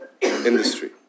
industry